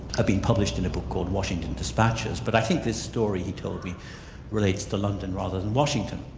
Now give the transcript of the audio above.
ah been published in a book called washington dispatches, but i think this story he told me relates to london rather than washington.